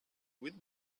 with